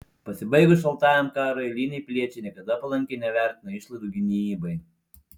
pasibaigus šaltajam karui eiliniai piliečiai niekada palankiai nevertino išlaidų gynybai